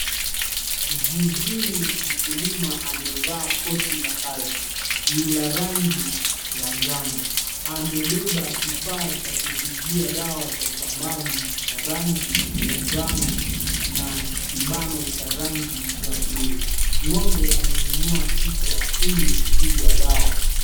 Zizini, mkulima amevaa koti la kazi, ni la rangi ya njano. Amebeba kifaa cha kupigia dawa za shambani cha rangi ya njano na kibano cha rangi ya buluu. Ng'ombe ameinua kichwa ili kupigwa dawa.